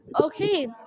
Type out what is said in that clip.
Okay